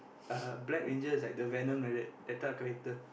(uh huh) black ranger is like the venom like that that type of character